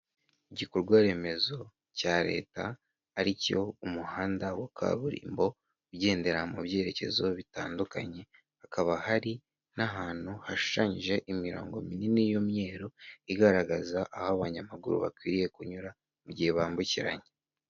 Igikorwaremezo cya leta ari cyo umuhanda wa kaburimbo ugendera mu byerekezo bitandukanye, hakaba hari n'ahantu hashushanyije imirongo minini y'imyero igaragaza aho abanyamaguru bakwiriye kunyura mu gihe bambukiranya.